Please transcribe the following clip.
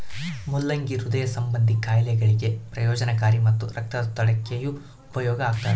ಮುಲ್ಲಂಗಿ ಹೃದಯ ಸಂಭಂದಿ ಖಾಯಿಲೆಗಳಿಗೆ ಪ್ರಯೋಜನಕಾರಿ ಮತ್ತು ರಕ್ತದೊತ್ತಡಕ್ಕೆಯೂ ಉಪಯೋಗ ಆಗ್ತಾದ